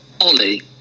ollie